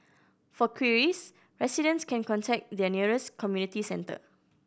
for queries residents can contact their nearest community centre